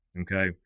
Okay